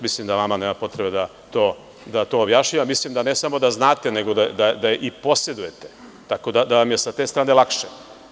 Mislim da vama nema potrebe da to objašnjavam i ne samo da znate, nego da je i posedujete, tako da vam je sa te strane lakše.